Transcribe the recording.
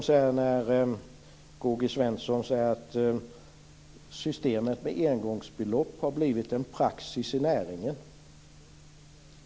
K-G Svenson säger att systemet med engångsbelopp har blivit en praxis i näringen. Ja, det är sant.